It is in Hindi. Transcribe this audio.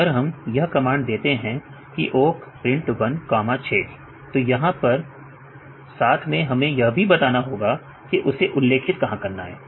अगर हम यह कमांड देते हैं कि ओक प्रिंट 1 कामा 6 तो यहां पर साथ में हमें यह भी बताना होगा की इसे उल्लेखित कहां करना है